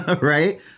right